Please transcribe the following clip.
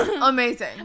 amazing